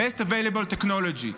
Best Available Technology.